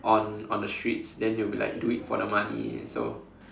on on the streets then they will be like do it for the money so